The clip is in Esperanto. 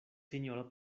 sinjoro